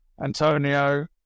Antonio